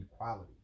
equality